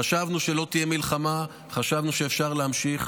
חשבנו שלא תהיה מלחמה, חשבנו שאפשר להמשיך.